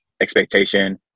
expectation